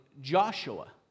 Joshua